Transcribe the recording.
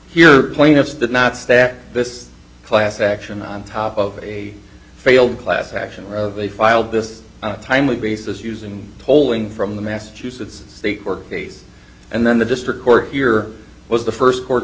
here plaintiffs did not stack this class action on top of a failed class action or they filed this on a timely basis using polling from the massachusetts state or case and then the district court here was the first court